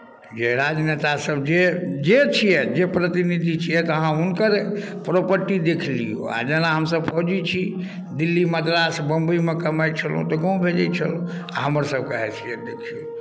जे राजनेतासभ जे जे छियथि जे प्रतिनिधि छियथि अहाँ हुनकर प्रॉपर्टी देख लियौ आ जेना हमसभ फौजी छी दिल्ली मद्रास बम्बइमे कमाइ छलहुँ तऽ गाम भेजैत छलहुँ आ हमरसभके हैसियत देखियौ